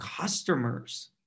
customers